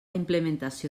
implementació